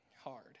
hard